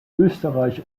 österreich